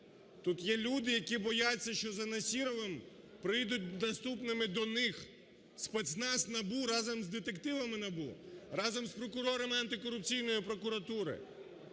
Тут є люди, які бояться, що за Насіровим прийдуть наступними до них, спецназ НАБУ разом з детективами НАБУ, разом з прокурорами антикорупційної прокуратури.